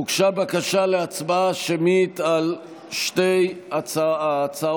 הוגשה בקשה להצבעה שמית על שתי ההצעות,